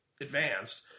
advanced